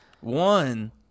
One